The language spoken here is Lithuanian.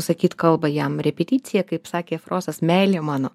sakyt kalbą jam repeticija kaip sakė frosas meilė mano